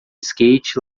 skate